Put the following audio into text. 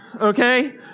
Okay